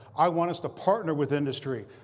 i want us to partner with industry.